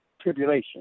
tribulation